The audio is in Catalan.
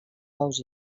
ous